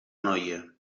noia